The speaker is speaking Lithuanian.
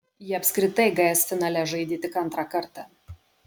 ji apskritai gs finale žaidė tik antrą kartą